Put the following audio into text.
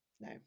no